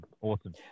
awesome